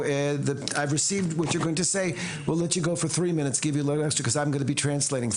אני אתן לך לדבר שלוש דקות ואני אתרגם בשבילך,